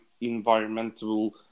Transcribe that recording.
environmental